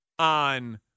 on